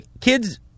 kids